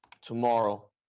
tomorrow